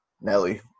Nelly